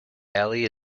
ellie